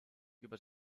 juba